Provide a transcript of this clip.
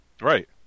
Right